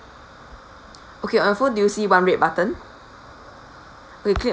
okay on your phone do you see one red button okay click on